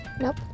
Nope